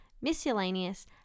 miscellaneous